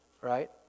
Right